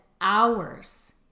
hours